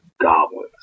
goblins